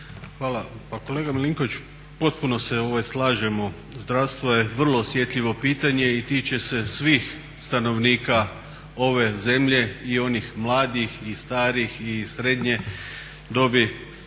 Hvala. Pa kolega Milinković, potpuno se slažemo. Zdravstvo je vrlo osjetljivo pitanje i tiče se svih stanovnika ove zemlje i onih mladih i starih i srednje dobi,